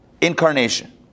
incarnation